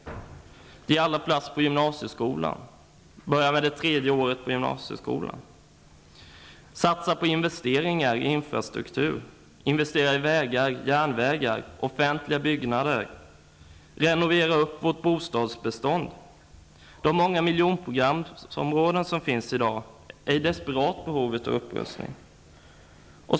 Ge alla plats på gymnasieskolan, och inför det tredje året på gymnasieskolan! - Satsa på investeringar i infrastruktur. Investera i vägar, järnvägar och offentliga byggnader. - Renovera bostadsbeståndet. De många miljonprogramsområdena är i dag i desperat behov av upprustning.